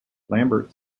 lambert